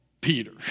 Peter